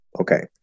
Okay